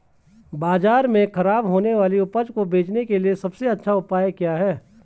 बाजार में खराब होने वाली उपज को बेचने के लिए सबसे अच्छा उपाय क्या हैं?